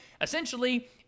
Essentially